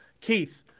Keith